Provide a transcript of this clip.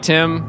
Tim